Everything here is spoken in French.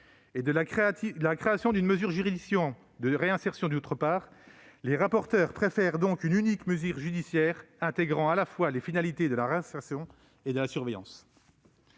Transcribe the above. et de la création d'une mesure judiciaire de réinsertion, d'autre part, les rapporteurs préfèrent donc une unique mesure judiciaire intégrant à la fois les finalités de réinsertion et de surveillance.